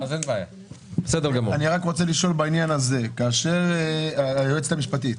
אני רק רוצה לשאול בעניין הזה, היועצת המשפטית: